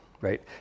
right